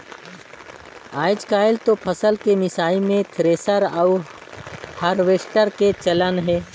आयज कायल तो फसल के मिसई मे थेरेसर अउ हारवेस्टर के चलन हे